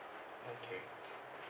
okay